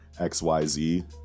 XYZ